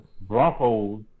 Broncos